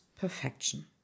perfection